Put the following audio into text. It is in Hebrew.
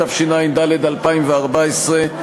התשע"ד 2014,